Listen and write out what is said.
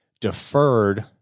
deferred